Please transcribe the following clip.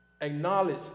Acknowledge